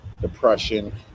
depression